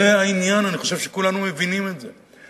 זה העניין, אני חושב שכולנו מבינים את זה.